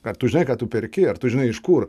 ką tu žinai ką tu perki ar tu žinai iš kur